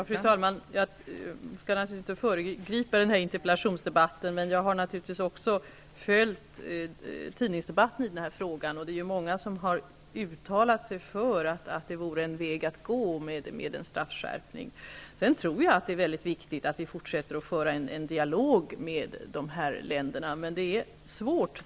Fru talman! Jag skall inte föregripa interpellationsdebatten, men också jag har naturligtvis följt tidiningsdebatten i den här frågan. Det är många som har uttalat sig för att en straffskärpning vore en väg att gå. Det är mycket viktigt att vi fortsätter att föra en dialog med dessa länder, men det är svårt.